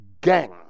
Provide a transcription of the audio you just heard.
gang